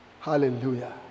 Hallelujah